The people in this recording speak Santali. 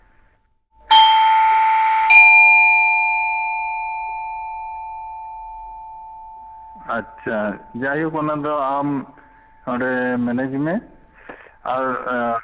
ᱟᱪᱪᱷᱟ ᱡᱟᱭᱦᱳᱠ ᱚᱱᱟ ᱫᱚ ᱟᱢ ᱚᱸᱰᱮ ᱢᱮᱱᱮᱡᱽ ᱢᱮ ᱟᱨ